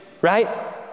right